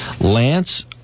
Lance